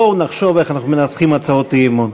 בואו נחשוב איך אנחנו מנסחים הצעות אי-אמון.